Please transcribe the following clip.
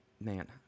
man